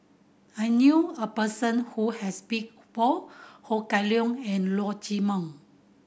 I knew a person who has both Ho Kah Leong and Leong Chee Mun